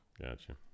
Gotcha